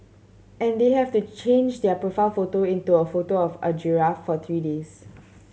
and they have to change their profile photo into a photo of a giraffe for three days